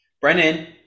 Brennan